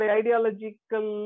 ideological